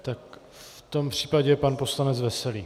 Tak v tom případě pan poslanec Veselý.